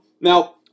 Now